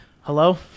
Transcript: hello